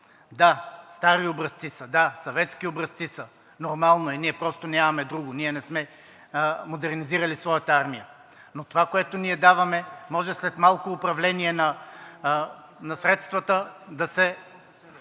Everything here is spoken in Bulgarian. Да, стари образци са, да – съветски образци са, нормално е, ние просто нямаме друго, ние не сме модернизирали своята армия, но това, което ние даваме, може след малко управление на средствата да се